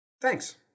thanks